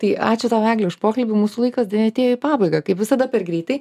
tai ačiū tau egle už pokalbį mūsų laikas deja atėjo į pabaigą kaip visada per greitai